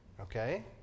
okay